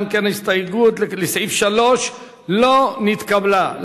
אם כן, ההסתייגות לסעיף 3 לא נתקבלה.